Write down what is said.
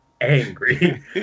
angry